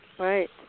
Right